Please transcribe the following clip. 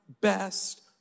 best